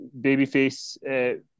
babyface